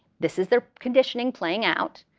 this is their conditioning playing out,